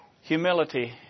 Humility